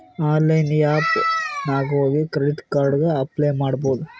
online app ನಾಗ್ ಹೋಗಿ credit card ಗ ಅಪ್ಲೈ ಮಾಡ್ಬೋದು